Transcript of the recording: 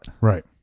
Right